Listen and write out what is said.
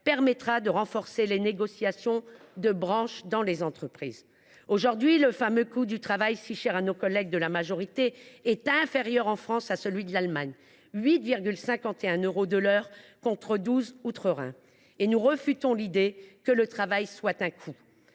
permettra de renforcer les négociations de branches dans les entreprises. Aujourd’hui, le fameux « coût du travail », si cher à nos collègues de la majorité, est inférieur en France à celui de l’Allemagne : 8,51 euros de l’heure, contre 12 euros outre Rhin. Pour notre part, nous réfutons l’idée que le travail soit un coût.